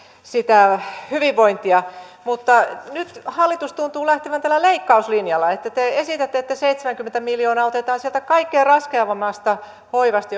sitä hyvinvointia mutta nyt hallitus tuntuu lähtevän tällä leikkauslinjalla kun te esitätte että seitsemänkymmentä miljoonaa otetaan sieltä kaikkein raskaimmasta hoivasta